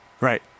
Right